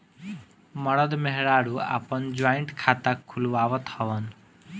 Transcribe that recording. मरद मेहरारू आपन जॉइंट खाता खुलवावत हवन